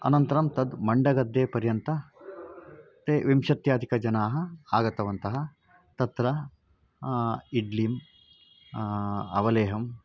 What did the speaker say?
अनन्तरं तत् मण्डगद्देपर्यन्तं ते विंशत्यधिकजनाः आगतवन्तः तत्र इड्लिम् अवलेहम्